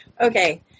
Okay